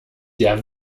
der